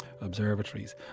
observatories